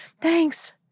thanks